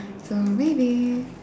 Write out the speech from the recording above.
so maybe